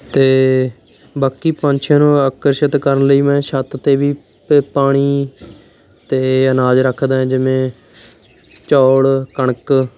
ਅਤੇ ਬਾਕੀ ਪੰਛੀਆਂ ਨੂੰ ਆਕਰਸ਼ਿਤ ਕਰਨ ਲਈ ਮੈਂ ਛੱਤ 'ਤੇ ਵੀ ਪ ਪਾਣੀ ਅਤੇ ਅਨਾਜ ਰੱਖਦਾ ਹੈ ਜਿਵੇਂ ਚੌਲ ਕਣਕ